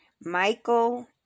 Michael